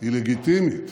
היא לגיטימית,